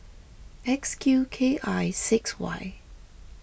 X Q K I six Y